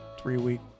three-week